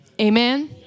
Amen